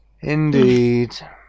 Indeed